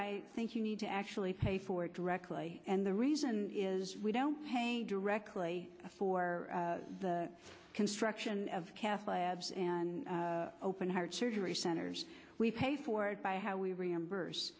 i think you need to actually pay for it directly and the reason is we don't pay directly for the construction of cath lab and open heart surgery centers we pay for it by how we reimburse